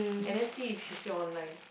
and then see if she still online